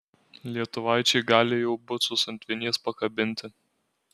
lietuvaičiai gali jau bucus ant vinies pakabinti